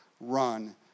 run